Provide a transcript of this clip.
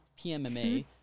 PMMA